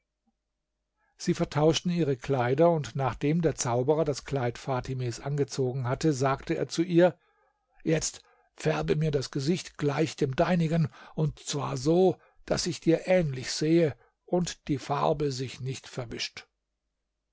sie vertauschten ihre kleider und nachdem der zauberer das kleid fatimens angezogen hatte sagte er zu ihr jetzt färbe mir das gesicht gleich dem deinigen und zwar so daß ich dir ähnlich sehe und die farbe sich nicht verwischt